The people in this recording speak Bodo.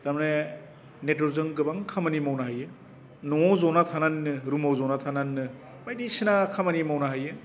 थारमाने नेटवार्कजों गोबां खामानि मावनो हायो न'वाव ज'ना थानानैनो रुमाव ज'ना थानानैनो बायदिसिना खामानि मावनो हायो